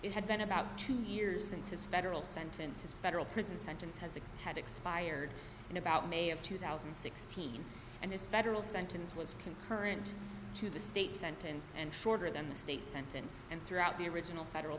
it had been about two years since his federal sentences federal prison sentence has it's had expired in about may of two thousand and sixteen and this federal sentence was concurrent to the state sentence and shorter than the state sentence and throughout the original federal